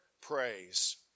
praise